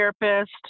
therapist